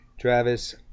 Travis